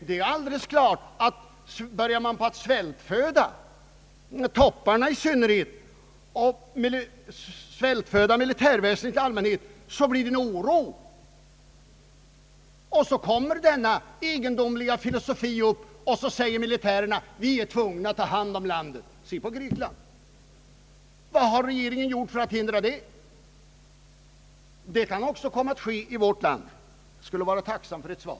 Det är alldeles klart att om man börjar svältföda topparna i synnerhet och militärväsendet i allmänhet, så uppstår en oro; och sedan kommer denna egendomliga filosofi upp och militärerna säger: » Vi är tvungna att ta hand om landet.» Se på Grekland! Vad har regeringen gjort för att hindra någonting liknande här? Det kan också komma att ske i vårt land. Jag skulle vara tacksam för ett svar.